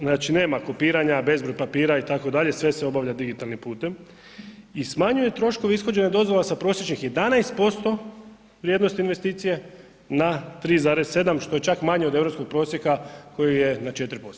Znači nema kopiranja, bezbroj papira, itd., sve se obavlja digitalnim putem i smanjuje troškove ishođenja dozvola s prosječnih 11% vrijednosti investicije na 3,7, što je čak manje od europskog prosjeka, koji je na 4%